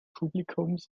publikums